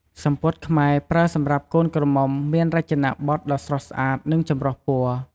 សំពត់ខ្មែរប្រើសម្រាប់កូនក្រមុំមានរចនាបថដ៏ស្រស់ស្អាតនិងចម្រុះពណ៌។